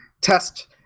test